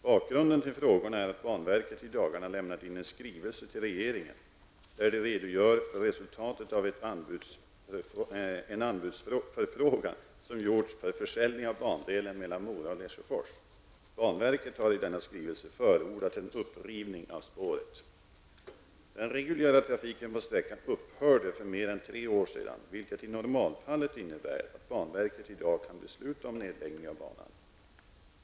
Bakgrunden till frågorna är att banverket i dagarna lämnat in en skrivelse till regeringen där det redogör för resultatet av en anbudsförfrågan som gjorts för försäljning av bandelen mellan Mora och Den reguljära trafiken på sträckan upphörde för mer än tre år sedan vilket i normalfallet innebär att banverket i dag kan besluta om nedläggning av banan.